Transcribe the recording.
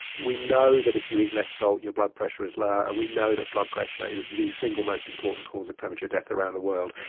we know that if you eat less salt your blood pressure is lower, and we know that blood pressure is the single most important cause of premature death around the world.